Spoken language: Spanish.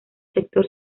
sector